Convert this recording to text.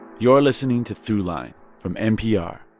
you're listening to throughline from npr